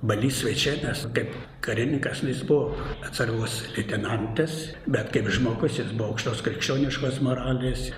balys vaičėnas kaip karininkas nu jis buvo atsargos leitenantas bet kaip žmogus jis buvo aukštos krikščioniškos moralės